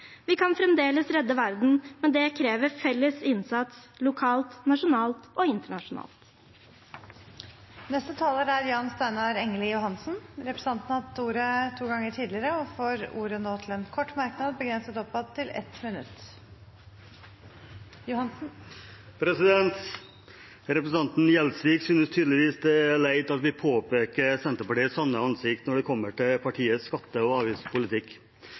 Vi kan fremdeles redde verden, men det krever felles innsats – lokalt, nasjonalt og internasjonalt. Representanten Jan Steinar Engeli Johansen har hatt ordet to ganger tidligere og får ordet til en kort merknad, begrenset til 1 minutt. Representanten Gjelsvik synes tydeligvis det er leit at vi påpeker Senterpartiets sanne ansikt når det kommer til partiets skatte- og avgiftspolitikk.